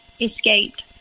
escaped